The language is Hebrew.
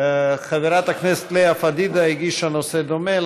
חברת הכנסת לאה פדידה הגישה נושא דומה,